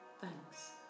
thanks